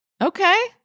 okay